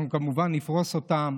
אנחנו כמובן נפרוס אותן